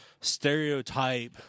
stereotype